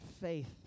faith